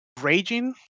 raging